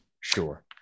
sure